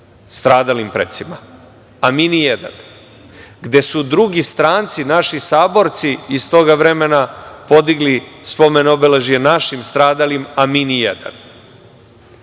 stradalim precima, a mi ni jedan, gde su drugi stranci naši saborci iz toga vremena podigli spomen obeležje našim stradalim, a mi ni jedan,